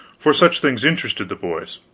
for such things interested the boys.